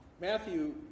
Matthew